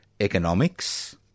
Economics